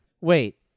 Wait